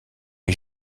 est